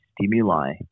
stimuli